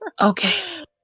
Okay